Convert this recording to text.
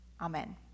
amen